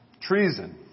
Treason